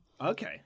Okay